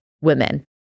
women